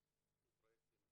עם פרויקטים לעתיד.